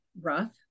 rough